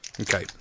Okay